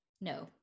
No